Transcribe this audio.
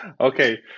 okay